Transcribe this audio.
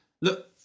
Look